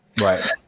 Right